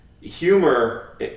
humor